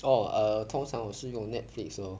oh err 通常我是用 netflix lor